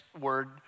word